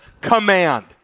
command